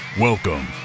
welcome